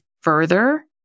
further